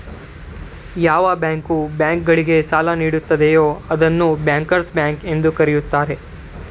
ಯಾವ bank bank ಗಳಿಗೆ ಸಾಲ ನೀಡುತ್ತದೆಯೂ ಅದನ್ನು ಬ್ಯಾಂಕರ್ಸ್ ಬ್ಯಾಂಕ್ ಎಂದು ಕರೆಯುತ್ತಾರೆ